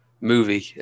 movie